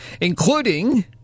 Including